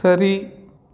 சரி